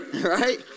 Right